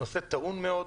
נושא טעון מאוד,